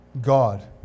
God